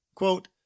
quote